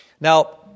Now